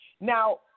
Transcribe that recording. Now